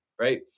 right